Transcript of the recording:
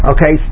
Okay